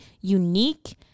unique